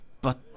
But